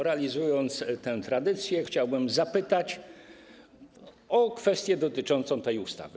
Realizując tę tradycję, chciałbym zapytać o kwestię dotyczącą tej ustawy.